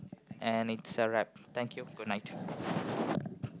and it's a wrap thank you goodnight